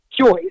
choice